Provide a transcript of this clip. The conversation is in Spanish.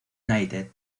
united